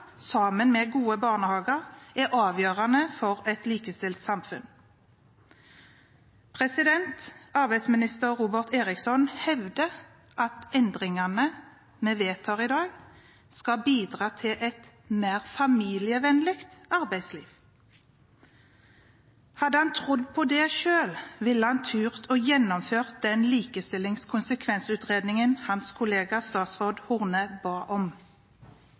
sammen med gode barnehager avgjørende for et likestilt samfunn. Arbeidsminister Robert Eriksson hevder at endringene vi vedtar i dag, skal bidra til et mer familievennlig arbeidsliv. Hadde han trodd på det selv, ville han ha tort å gjennomføre den likestillingskonsekvensutredningen hans kollega statsråd Horne ba om.